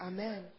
Amen